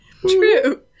True